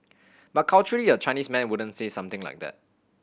but culturally a Chinese man wouldn't say something like that